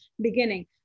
beginning